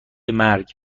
مرگ